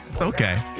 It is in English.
okay